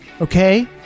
Okay